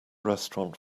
restaurant